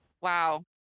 wow